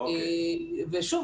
ושוב,